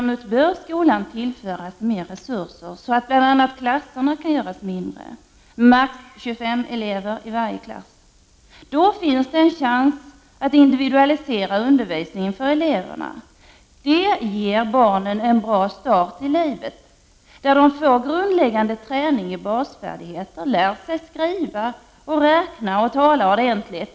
Skolan bör däremot tillföras mer resurser så att bl.a. klasserna kan göras mindre. Maximalt 25 elever i varje klass — då finns det en chars att individualisera undervisningen för eleverna. Det ger barnen en bra start i livet, där de får en grundläggande träning i basfärdigheter och de lär sig skriva och räkna ordentligt.